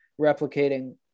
replicating